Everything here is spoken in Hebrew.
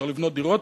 צריך לבנות דירות.